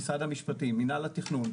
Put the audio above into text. מנהל התכנון,